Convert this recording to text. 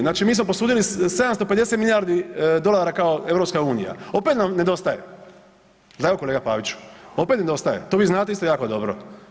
Znači mi smo posudili 750 milijardi dolara kao EU opet nam nedostaje, … kolega Paviću, opet nedostaje to vi znate isto jako dobro.